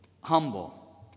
humble